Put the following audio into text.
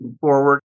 forward